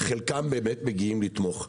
חלקם באמת מגיעים לתמוך.